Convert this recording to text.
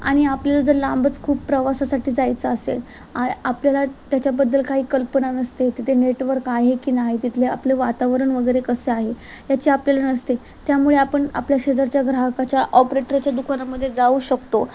आणि आपल्याला जर लांबच खूप प्रवासासाठी जायचं असेल आ आपल्याला त्याच्याबद्दल काही कल्पना नसते तिथे नेटवर्क आहे की नाही तिथले आपलं वातावरण वगैरे कसे आहे याची आपल्याला नसते त्यामुळे आपण आपल्या शेजारच्या ग्राहकाच्या ऑपरेटरच्या दुकानामध्ये जाऊ शकतो